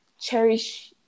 cherish